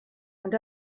and